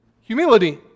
humility